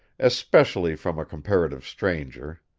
especially from a comparative stranger.